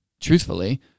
truthfully